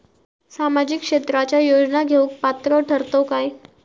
सामाजिक क्षेत्राच्या योजना घेवुक पात्र ठरतव काय?